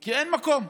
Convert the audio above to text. כי אין מקום.